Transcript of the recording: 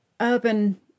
Urban